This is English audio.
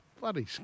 bloody